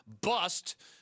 bust